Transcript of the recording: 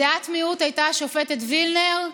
בדעת מיעוט הייתה השופטת וילנר,